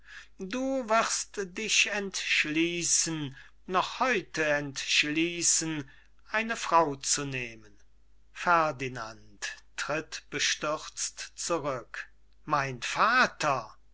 du wirst dich entschließen noch heute entschließen eine frau zu nehmen ferdinand tritt bestürzt zurück mein vater